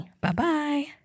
Bye-bye